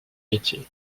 métiers